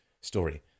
story